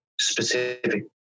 specific